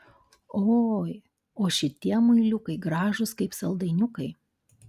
oi o šitie muiliukai gražūs kaip saldainiukai